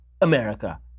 America